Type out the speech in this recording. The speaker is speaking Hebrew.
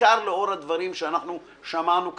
בעיקר לאור הדברים ששמענו כאן,